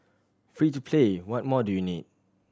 free to play what more do you need